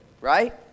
right